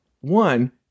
One